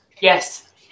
Yes